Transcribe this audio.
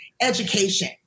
Education